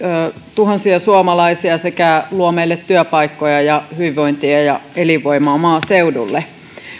tuhansia suomalaisia sekä luo meille työpaikkoja ja hyvinvointia ja elinvoimaa maaseudulle